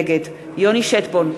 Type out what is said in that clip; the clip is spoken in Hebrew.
נגד יוני שטבון,